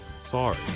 Sorry